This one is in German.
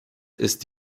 ist